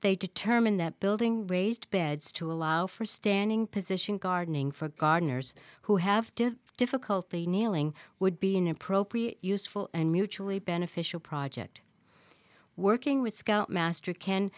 they determined that building raised beds to allow for standing position gardening for gardeners who have difficulty kneeling would be an appropriate useful and mutually beneficial project working with scout master ken